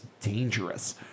dangerous